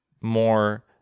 more